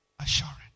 assurance